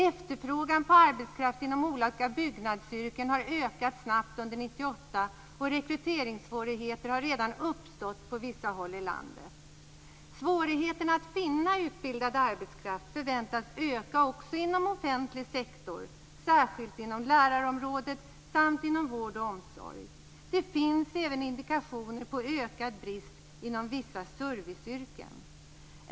Efterfrågan på arbetskraft inom olika byggnadsyrken har ökat snabbt under 1998, och rekryteringssvårigheter har redan uppstått på vissa håll i landet. Svårigheterna att finna utbildad arbetskraft förväntas öka också inom offentlig sektor, särskilt på lärarområdet samt inom vård och omsorg. Det finns även indikationer på ökad brist inom vissa serviceyrken.